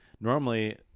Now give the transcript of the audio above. normally